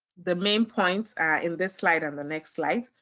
the main points are in this slide and the next slide.